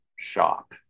shop